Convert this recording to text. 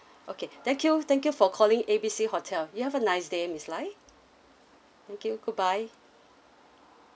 okay thank you thank you for calling A B C hotel you have a nice day miss lai thank you goodbye